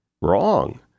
Wrong